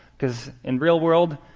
because in real world,